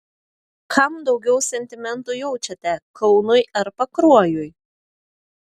kam daugiau sentimentų jaučiate kaunui ar pakruojui